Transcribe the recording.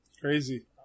crazy